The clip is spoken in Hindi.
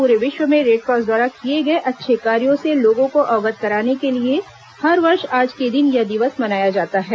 पूरे विश्व में रेडक्रॉस द्वारा किये गये अच्छे कार्यो से लोगों को अवगत कराने के लिए हर वर्ष आज के दिन यह दिवस मनाया जाता है